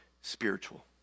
spiritual